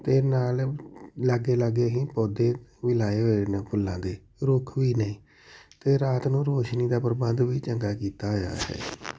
ਅਤੇ ਨਾਲ ਲਾਗੇ ਲਾਗੇ ਅਸੀਂ ਪੌਦੇ ਵੀ ਲਗਾਏ ਹੋਏ ਨੇ ਫੁੱਲਾਂ ਦੇ ਰੁੱਖ ਵੀ ਨੇ ਅਤੇ ਰਾਤ ਨੂੰ ਰੋਸ਼ਨੀ ਦਾ ਪ੍ਰਬੰਧ ਵੀ ਚੰਗਾ ਕੀਤਾ ਹੋਇਆ ਹੈ